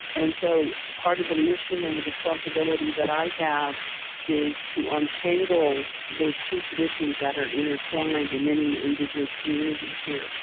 and so part of the mission and the responsibility that i have is to untangle those two traditions that are intertwined in many indigenous communities here.